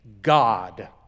God